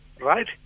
right